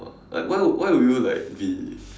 like why why would you like be